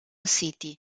city